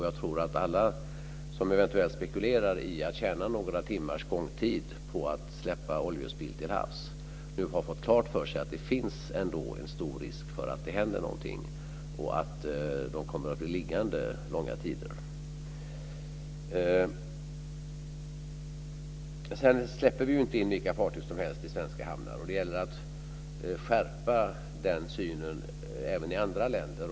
Jag tror att alla som eventuellt spekulerar i att tjäna några timmars gångtid på att släppa oljespill till havs nu har fått klart för sig att det ändå finns en stor risk för att det händer någonting och att de kommer att bli liggande långa tider. Sedan släpper vi ju inte in vilka fartyg som helst i svenska hamnar. Det gäller att skärpa den synen även i andra länder.